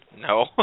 No